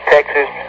Texas